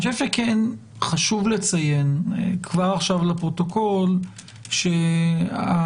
אני חושב שכן חשוב לציין כבר עכשיו לפרוטוקול שהעבירה